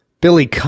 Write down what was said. Billy